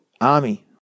army